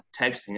texting